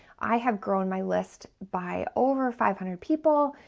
i have grown my list by over five hundred people,